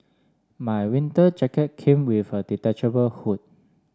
my winter jacket came with a detachable hood